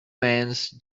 mans